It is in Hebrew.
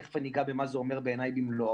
תיכף אני אגע במה זה אומר בעיני במלואה.